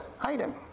item